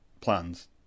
plans